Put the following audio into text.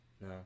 No